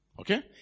Okay